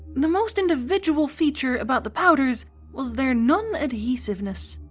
the most individual feature about the powders was their non-adhesiveness.